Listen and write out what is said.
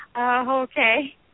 Okay